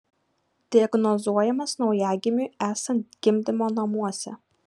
diagnozuojamas naujagimiui esant gimdymo namuose